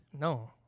No